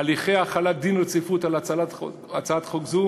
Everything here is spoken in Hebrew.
הליכי החלת דין רציפות על הצעת חוק זו